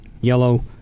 yellow